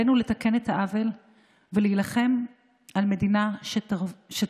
עלינו לתקן את העוול ולהילחם על מדינה שתבטיח